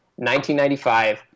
1995